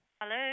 Hello